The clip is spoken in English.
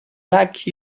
like